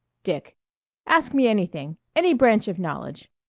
lick ask me anything. any branch of knowledge.